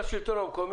(ג1)